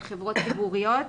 על חברות ציבוריות,